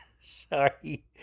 sorry